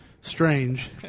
Strange